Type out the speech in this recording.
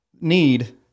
need